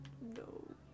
No